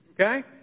Okay